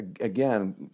again